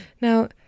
now